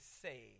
say